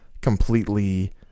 completely